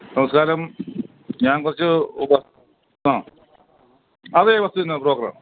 നമസ്കാരം ഞാൻ കുറച്ച് ആ അതെ വസ്തു വില്ക്കുന്ന ബ്രോക്കറാണ്